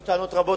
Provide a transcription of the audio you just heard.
יש טענות רבות,